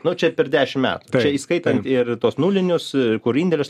nu čia per dešim metų įskaitant ir tuos nulinius kur indėlius